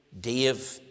Dave